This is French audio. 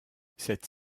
cette